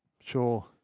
sure